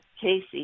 Casey